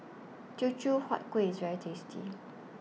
Teochew Huat Kueh IS very tasty